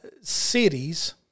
cities